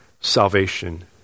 salvation